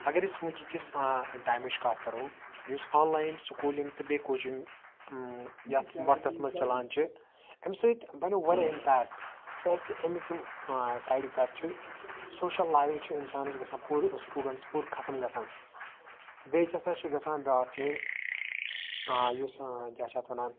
اگر أسۍ ونکِکِس ٹایمٕچ کتھ کرو یُس آن لاین سُکولِنٛگ تہٕ بیٚیہِ کوچِنٛگ یتھ یتھ وَقتَس مَنٛز چَلان چھِ امہ سۭتۍ بَنیو واریاہ اِمپیٚکٹ کیازکہِ اَمِک یِم سایِڈ اِفیٚکٹ چھِ سوشَل لایِو چھِ اِنسانَس گَژھان پوٗرٕ سٹوڈَنٹَس پوٗرٕ ختم گَژھان بیٚیہِ کیاہ سا چھُ گَژھان بیاکھ چیٖز یُس کیاہ چھِ اتھ وَنان